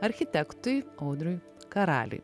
architektui audriui karaliui